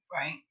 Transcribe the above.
right